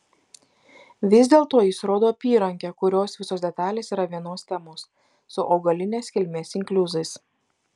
vis dėlto jis rodo apyrankę kurios visos detalės yra vienos temos su augalinės kilmės inkliuzais